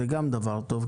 זה גם דבר טוב,